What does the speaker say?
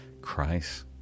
christ